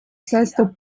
sesto